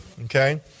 Okay